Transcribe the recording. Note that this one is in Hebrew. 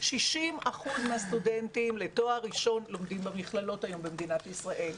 60% מהסטודנטים לתואר ראשון לומדים במכללות היום במדינת ישראל.